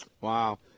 Wow